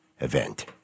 event